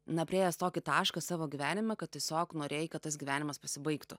na priėjęs tokį tašką savo gyvenimą kad tiesiog norėjai kad tas gyvenimas pasibaigtų